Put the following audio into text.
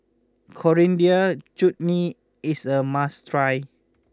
Coriander Chutney is a must try